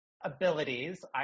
abilities